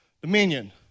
dominion